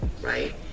right